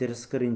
తిరస్కరించు